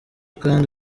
kandi